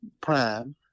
prime